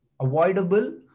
avoidable